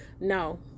No